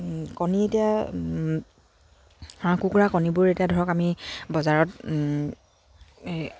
কণী এতিয়া হাঁহ কুকুৰা কণীবোৰ এতিয়া ধৰক আমি বজাৰত